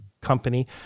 company